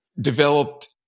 developed